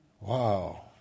Wow